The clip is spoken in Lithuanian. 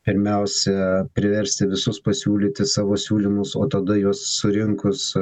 pirmiausia priversti visus pasiūlyti savo siūlymus o tada juos surinkus